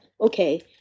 okay